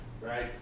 right